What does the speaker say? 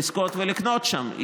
לזכות ולקנות שם,